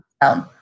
down